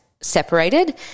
separated